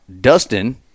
Dustin